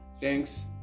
Thanks